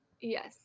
Yes